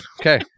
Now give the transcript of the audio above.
okay